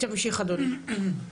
תמשיך אדוני.